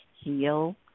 heal